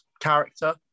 character